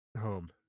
home